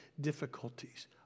difficulties